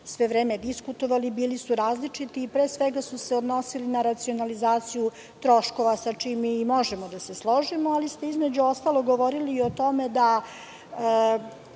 sve vreme diskutovali su bili različiti i pre svega su se odnosili na racionalizaciju troškova sa čime možemo da se složimo, ali između ostalog govorili ste i o tome da